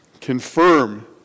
confirm